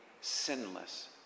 sinless